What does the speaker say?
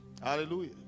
Hallelujah